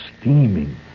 steaming